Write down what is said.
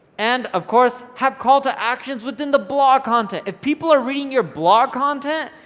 and of course, have call to actions within the blog content. if people are reading your blog content,